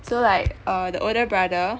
so like err the older brother